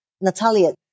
Natalia